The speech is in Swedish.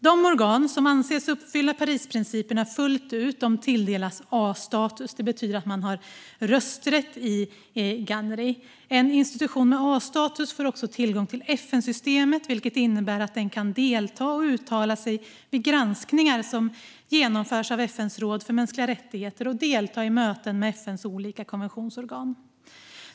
De organ som anses uppfylla Parisprinciperna fullt ut tilldelas A-status. Det betyder att man har rösträtt i Ganhri. En institution med A-status får också tillgång till FN-systemet, vilket innebär att den kan delta och uttala sig vid granskningar som genomförs av FN:s råd för mänskliga rättigheter och delta i möten med FN:s olika konventionsorgan.